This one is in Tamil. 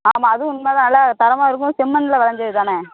ஆமாம் அதுவும் உண்மைதான் நல்லா தரமாக இருக்கும் செம்மண்ணில் விளைஞ்சது தானே